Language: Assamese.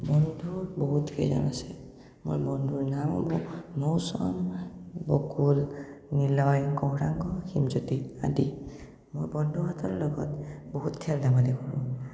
বন্ধু বহুত কেইজন আছে মোৰ বন্ধুৰ নামসমূহ মৌচম বকুল নিলয় গৌৰাঙ্গ হীমজ্যোতি আদি মোৰ বন্ধুহঁতৰ লগত বহুত খেল ধেমালি কৰোঁ